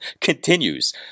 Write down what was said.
continues